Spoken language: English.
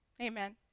Amen